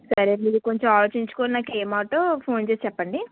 సరేనండి కొంచెం ఆలోచించుకొని నాకు ఏమాటో ఫోన్ చేసి చెప్పండి